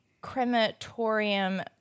crematorium